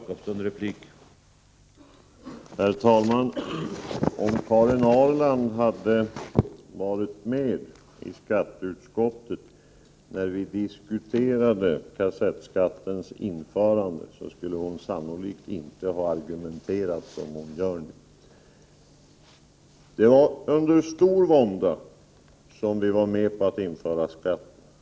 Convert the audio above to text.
Herr talman! Om Karin Ahrland hade varit med i skatteutskottet när vi diskuterade kassettskattens införande skulle hon sannolikt inte ha argumenterat som hon gör nu. Det var under stor vånda som vi var med på att införa den skatten.